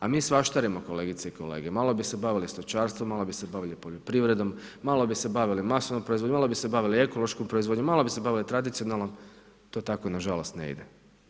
A mi svaštarimo kolegice i kolege, malo bi se bavili stočarstvom, malo bi se bavili poljoprivredom, malo bi se bavili masovnom proizvodnjom, malo bi se bavili ekološkom proizvodnjom, malo bi se bavili tradicionalnom, to tako nažalost ne ide.